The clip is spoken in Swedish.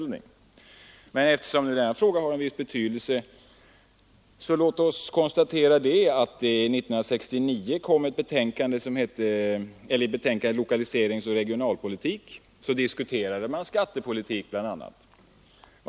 Men låt oss — eftersom denna fråga har en viss betydelse — konstatera att man år 1969 i betänkandet Lokaliseringsoch regionalpolitik bl.a. diskuterade skattepolitik.